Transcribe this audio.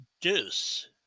Deuce